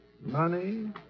money